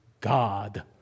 God